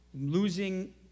losing